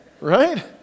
right